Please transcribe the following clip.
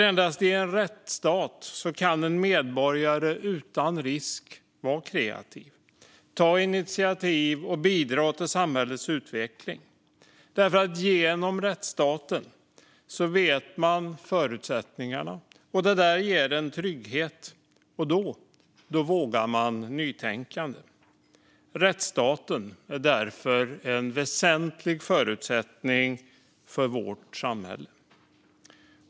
Endast i en rättsstat kan nämligen en medborgare utan risk vara kreativ, ta initiativ och bidra till samhällets utveckling. Genom rättsstaten vet man förutsättningarna, och det ger en trygghet. Och då vågar man vara nytänkande. Rättsstaten är därför en väsentlig förutsättning för vårt samhälle.